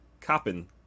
copping